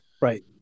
Right